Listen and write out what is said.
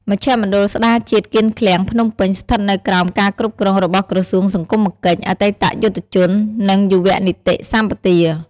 មជ្ឈមណ្ឌលស្ដារជាតិគៀនខ្លែង ភ្នំពេញ ស្ថិតនៅក្រោមការគ្រប់គ្រងរបស់ក្រសួងសង្គមកិច្ច អតីតយុទ្ធជន និងយុវនីតិសម្បទា។